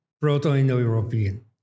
Proto-Indo-European